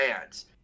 fans